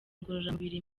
ngororamubiri